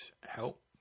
help